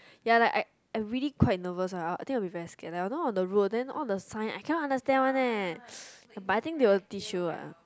ya lah I I really quite nervous one I think I will be very scared I don't know all the road all the sign I cannot understand one leh but I think they will teach you lah